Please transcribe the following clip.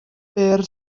byr